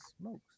smokes